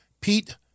Pete